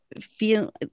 feel